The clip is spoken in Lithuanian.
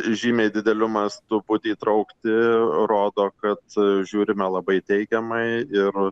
žymiai dideliu mastu būti įtraukti rodo kad žiūrime labai teigiamai ir